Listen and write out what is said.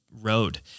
road